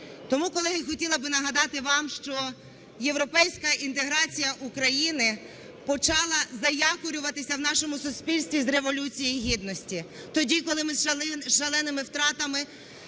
Тому, колеги, хотіла би нагадати вам, що європейська інтеграція України почала заякорюватися в нашому суспільстві з Революції Гідності, тоді, коли ми із шаленими втратами